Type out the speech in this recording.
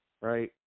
Right